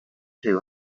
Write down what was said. too